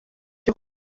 cyo